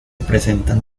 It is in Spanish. presentan